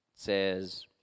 says